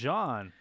John